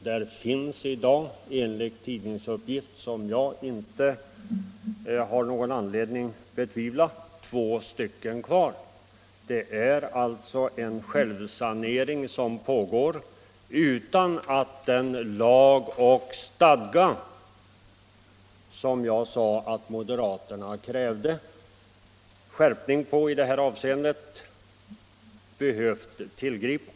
Där finns i dag enligt en tidningsuppgift, som jag inte har anledning att betvivla, två sådana klubbar kvar. Det är alltså en självsanering som pågår, utan att den skärpning av lagbestämmelserna i det här avseendet som jag sade att moderaterna kräver har behövt tillgripas.